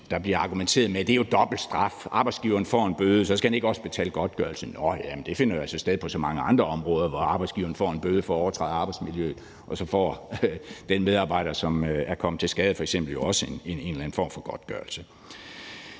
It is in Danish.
Der bliver argumenteret med, at det jo er dobbelt straf: Arbejdsgiveren får en bøde, og så skal han ikke også betale godtgørelse. Nåh ja, men det finder jo altså sted på så mange andre områder, hvor arbejdsgiveren får en bøde for at overtræde arbejdsmiljøreglerne, og så får den medarbejder, som f.eks. er kommet til skade, også en eller anden form for godtgørelse.